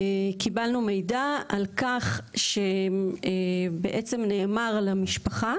קיבלנו מידע על כך שבעצם נאמר למשפחה